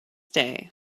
day